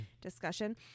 discussion